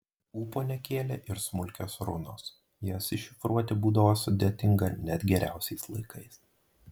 ūpo nekėlė ir smulkios runos jas iššifruoti būdavo sudėtinga net geriausiais laikais